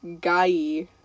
Guy